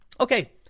Okay